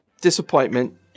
disappointment